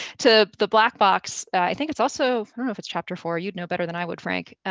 to the black box, i think it's also, if it's chapter four, you'd know better than i would, frank,